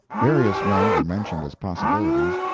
various men were mentioned as possibilities,